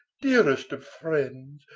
dearest of friends,